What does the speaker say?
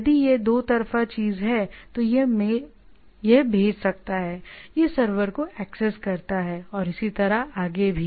यदि यह 2 तरफ़ा चीज़ है तो यह भेज सकता है और यह सर्वर को एक्सेस करता है और इसी तरह आगे भी